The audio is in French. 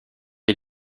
est